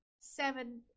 seven